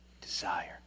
desire